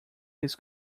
his